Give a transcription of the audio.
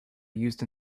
used